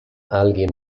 alguien